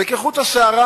וכחוט השערה,